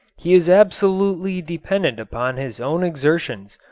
he is absolutely dependent upon his own exertions,